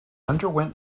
underwent